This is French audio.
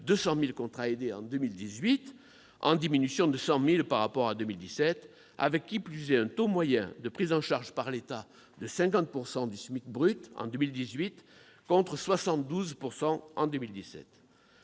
200 000 contrats aidés en 2018, en diminution de 100 000 par rapport à 2017, avec, qui plus est, un taux moyen de prise en charge par l'État de 50 % du SMIC brut en 2018, contre 72 % en 2017.